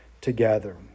together